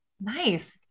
Nice